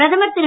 பிரதமர் திரு